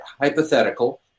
hypothetical